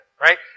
right